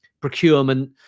procurement